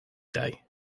day